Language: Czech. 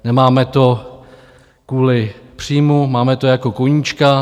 Nemáme to kvůli příjmu, máme to jako koníčka.